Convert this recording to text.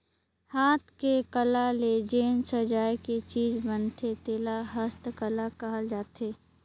हाथ के कला ले जेन सजाए के चीज बनथे तेला हस्तकला कहल जाथे